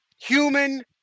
Human